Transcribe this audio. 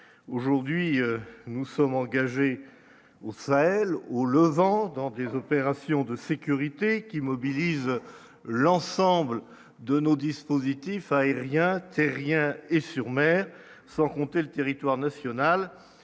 aujourd'hui, nous sommes engagés au Sahel, où le vent dans des opérations de sécurité qui mobilise l'ensemble de nos dispositifs aériens terrien et sur mer, sans compter le territoire national,